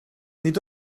nid